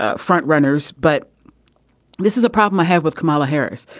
ah front runners but this is a problem i have with kamala harris.